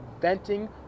venting